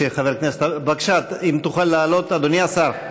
בבקשה, אם תוכל לעלות, אדוני השר.